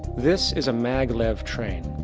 this is a mag-lev train.